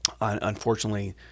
unfortunately